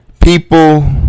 people